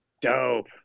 Dope